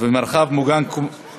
מוגן קומתי